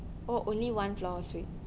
oh only one floor suite